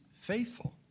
faithful